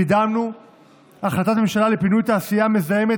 קידמנו החלטת ממשלה לפינוי התעשייה המזהמת